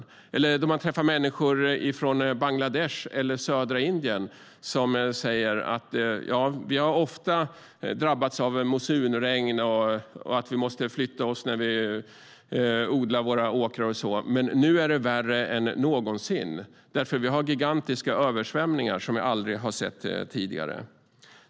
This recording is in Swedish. Man märker det också när man träffar människor från Bangladesh eller södra Indien som säger: Vi har ofta drabbats av monsunregn och att vi måste flytta våra åkrar, men nu är det värre än någonsin. Vi har gigantiska översvämningar som vi aldrig har sett tidigare.